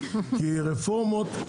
כי רפורמות,